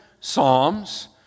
psalms